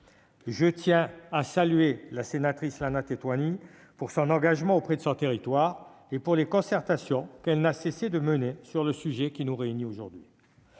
Je tiens à saluer notre collègue Lana Tetuanui pour son engagement auprès de son territoire et pour les concertations qu'elle n'a cessé de mener sur le sujet qui nous réunit aujourd'hui.